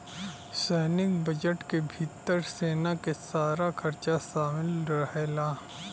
सैनिक बजट के भितर सेना के सारा खरचा शामिल रहेला